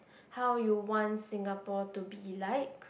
how you want Singapore to be like